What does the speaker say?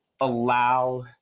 allow